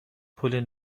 پول